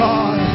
God